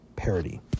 parody